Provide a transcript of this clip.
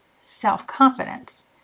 self-confidence